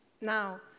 Now